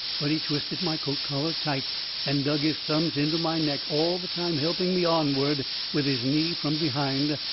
but he twisted my coat collar tight and dug his thumbs into my neck, all the time helping me onward with his knee from behind,